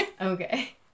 Okay